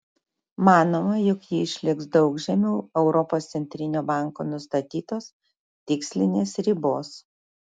manoma jog ji išliks daug žemiau europos centrinio banko nustatytos tikslinės ribos